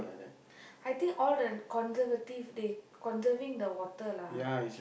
I think all the conservative they conserving the water lah